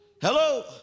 Hello